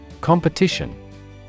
Competition